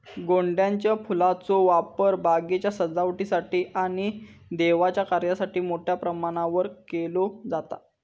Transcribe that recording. गोंड्याच्या फुलांचो वापर बागेच्या सजावटीसाठी आणि देवाच्या कार्यासाठी मोठ्या प्रमाणावर केलो जाता